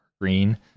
green